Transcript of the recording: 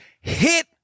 hit